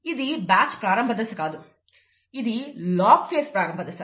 ఇది బ్యాచ్ ప్రారంభ దశ కాదు ఇది లాగ్ ఫేజ్ ప్రారంభ దశ